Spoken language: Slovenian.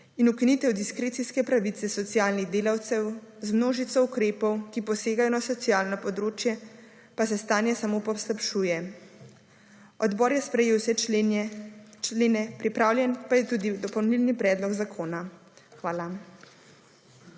in ukinitev diskrecijske pravice socialnih delavcev z množico ukrepov, ki posegajo na socialno področje, pa se stanje samo poslabšuje. Odbor je sprejel vse člene, pripravljen pa je tudi dopolnjen predlog zakona. Hvala.